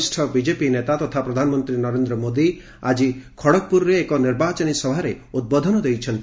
ବରିଷ ବିଜେପି ନେତା ତଥା ପ୍ରଧାନମନ୍ତ୍ରୀ ନରେନ୍ଦ୍ର ମୋଦୀ ଆଜି ଖଡ଼ଗପୁରରେ ଏକ ନିର୍ବାଚନୀ ସଭାରେ ଉଦ୍ବୋଧନ ଦେଇଛନ୍ତି